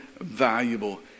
valuable